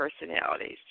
personalities